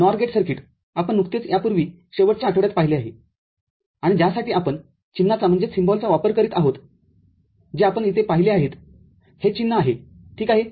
NOR gate circuit आपण नुकतेच यापूर्वी शेवटच्या आठवड्यात पाहिले आहे आणि ज्यासाठी आपण चिन्हाचावापर करीत आहोत जे आपण इथे पाहिले आहेत हे चिन्ह आहे ठीक आहे